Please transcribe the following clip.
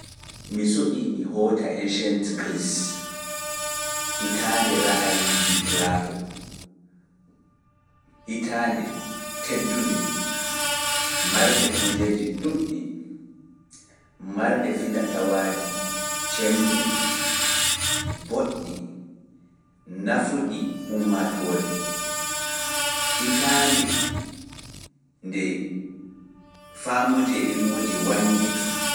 Mi suɓii mi hoota ancient Greece, hitaande ra'ayiiji Plato, hitaande teddunde, marnde kujeeji ɗuuɗɗi, marnde finatawaaji cembiɗɗi, boɗɗi, nafuɗi ummatoore hitaande nde faamuuji e ilmuuji wangiti.